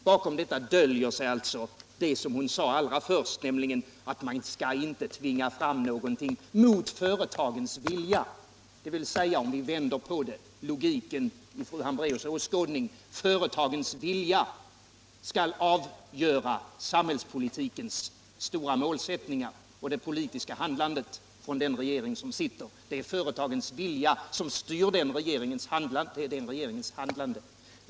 Bakom detta döljer sig alltså det som hon sade allra först, nämligen att man inte mot företagens vilja tvingar fram någonting, dvs. om vi vänder på logiken i fru Hambraeus åskådning: företagens vilja skall avgöra samhällspolitikens stora målsättningar och det politiska handlandet från den regering som sitter. Det är företagens vilja som styr den regeringens handlande.